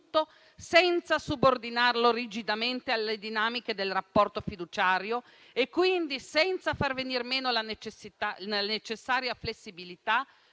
senza subordinarlo rigidamente alle dinamiche del rapporto fiduciario e, quindi, senza far venir meno la necessaria flessibilità,